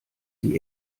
sie